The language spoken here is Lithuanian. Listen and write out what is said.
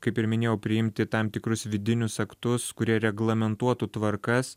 kaip ir minėjau priimti tam tikrus vidinius aktus kurie reglamentuotų tvarkas